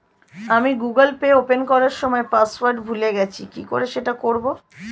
আমি Google Pay open করার সময় পাসওয়ার্ড ভুলে গেছি কি করে সেট করব?